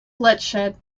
bloodshed